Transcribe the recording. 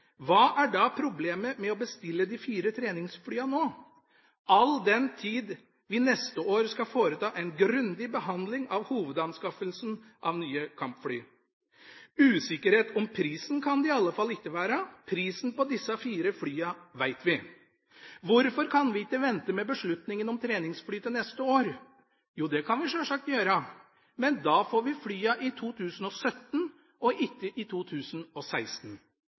hva er da problemet med å bestille de fire treningsflyene nå, all den tid vi neste år skal foreta en grundig behandling av hovedanskaffelsen av nye kampfly? Usikkerhet om prisen kan det i alle fall ikke være – prisen på disse fire flyene veit vi. Hvorfor kan vi ikke vente med beslutningen om treningsfly til neste år? Jo, det kan vi sjølsagt gjøre, men da får vi flyene i 2017 og ikke i 2016.